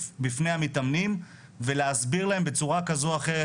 בפני המתאמנים ולהסביר להם בצורה כזו או אחרת,